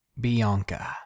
Bianca